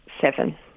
Seven